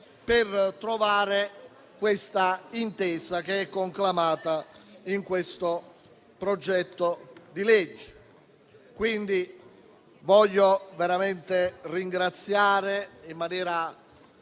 per trovare l'intesa che è conclamata in questo progetto di legge. Desidero, quindi, veramente ringraziare in maniera